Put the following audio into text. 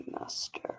master